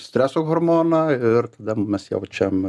streso hormoną ir tada mes jaučiam